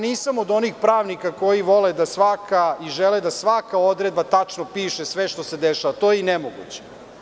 Nisam od onih pravnika koji vole i žele da svaka odredba tačno piše sve što se dešava, to je i nemoguće.